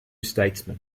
statesman